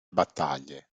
battaglie